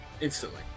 instantly